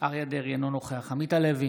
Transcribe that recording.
אריה מכלוף דרעי, אינו נוכח עמית הלוי,